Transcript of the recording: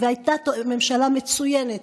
והייתה ממשלה מצוינת,